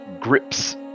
grips